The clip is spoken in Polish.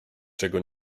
czego